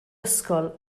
ysgol